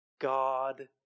God